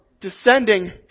descending